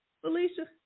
Felicia